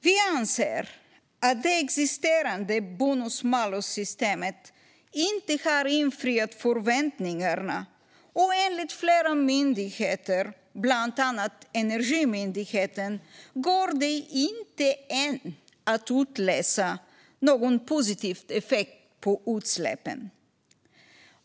Vi anser att det existerande bonus-malus-systemet inte har infriat förväntningarna, och enligt flera myndigheter, bland annat Energimyndigheten, går det ännu inte att utläsa någon positiv effekt på utsläppen.